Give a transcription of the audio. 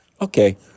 Okay